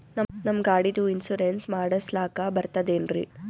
ನಮ್ಮ ಗಾಡಿದು ಇನ್ಸೂರೆನ್ಸ್ ಮಾಡಸ್ಲಾಕ ಬರ್ತದೇನ್ರಿ?